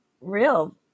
real